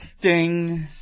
Ding